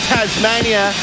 Tasmania